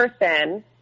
person